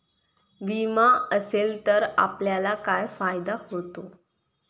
विमा असेल तर आपल्याला काय फायदा होतो?